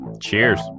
Cheers